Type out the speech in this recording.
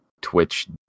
Twitch